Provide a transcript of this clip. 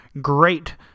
great